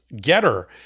getter